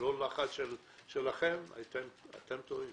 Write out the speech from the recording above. ללא לחץ שלכם, אתם טועים.